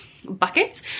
buckets